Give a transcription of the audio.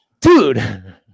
dude